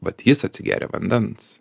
vat jis atsigėrė vandens